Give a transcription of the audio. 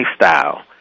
lifestyle